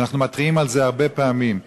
ואנחנו מתריעים על זה הרבה פעמים.